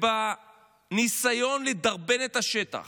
ובניסיון לדרבן את השטח.